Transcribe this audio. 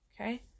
Okay